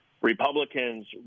Republicans